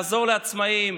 לעזור לעצמאים,